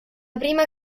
prima